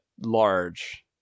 large